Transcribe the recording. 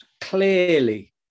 clearly